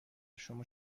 شما